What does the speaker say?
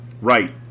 Right